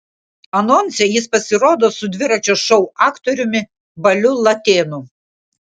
anonse jis pasirodo su dviračio šou aktoriumi baliu latėnu